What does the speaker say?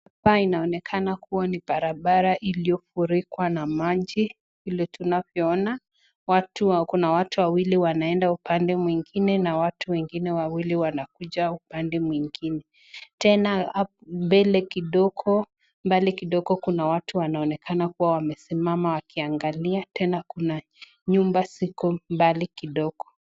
Hapa inaonekana kuwa ni barabara iliyo furikwa na maji vile tunavyoona kuna watu wawili wanaenda upande mwingine na watu wengine wawili wanakuja upande mwingine. Tena mbele kidogo mbali kidogo kuna watu wanaonekana kuwa wamesima wakiangalia. Tena kuna nyumba ziko mbali kidogo.